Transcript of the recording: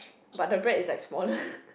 but the bread is like small